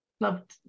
loved